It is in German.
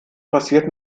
passiert